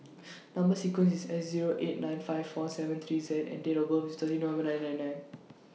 Number sequence IS S Zero eight nine five four seven three Z and Date of birth IS thirty November nine nine nine